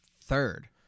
third